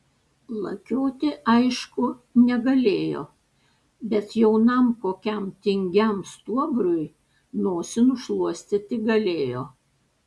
lakioti aišku negalėjo bet jaunam kokiam tingiam stuobriui nosį nušluostyti galėjo